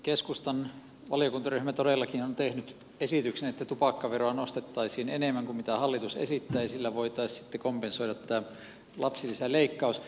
keskustan valiokuntaryhmä todellakin on tehnyt esityksen että tupakkaveroa nostettaisiin enemmän kuin mitä hallitus esittää ja sillä voitaisiin sitten kompensoida tämä lapsilisäleikkaus